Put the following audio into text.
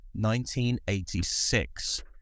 1986